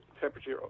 temperature